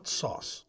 sauce